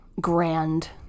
grand